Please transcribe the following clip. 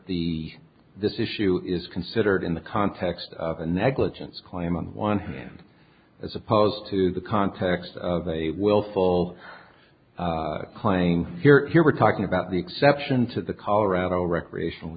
the this issue is considered in the context of a negligence claim on one hand as opposed to the context of a willful claim here here we're talking about the exception to the colorado recreational